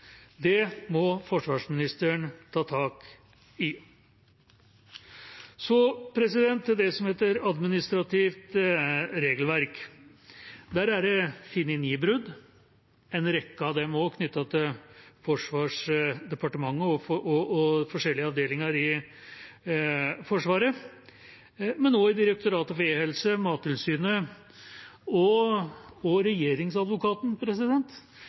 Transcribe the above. Det må forsvarsministeren ta tak i. Så til det som heter «administrativt regelverk»: Der er det funnet ni brudd. En rekke av dem er også knyttet til Forsvarsdepartementet og til forskjellige avdelinger i Forsvaret, men også i Direktoratet for e-helse, Mattilsynet og hos Regjeringsadvokaten